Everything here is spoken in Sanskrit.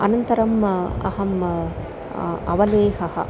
अनन्तरम् अहम् अवलेहः